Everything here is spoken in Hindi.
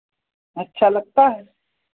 अच्छा लगता है